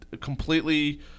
completely